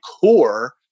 core